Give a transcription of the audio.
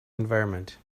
environment